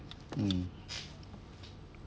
mm